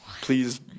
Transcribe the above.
Please